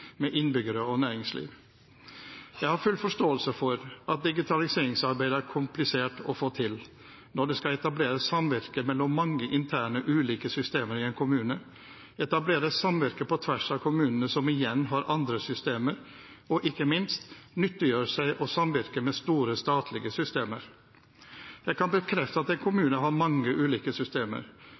med innbyggere og næringsliv. Jeg har full forståelse for at digitaliseringsarbeidet er komplisert å få til når det skal etableres samvirke mellom mange interne ulike systemer i en kommune, etableres samvirke på tvers av kommunene, som igjen har andre systemer, og ikke minst nyttiggjøre seg og samvirke med store statlige systemer. Jeg kan bekrefte at en kommune har mange ulike systemer.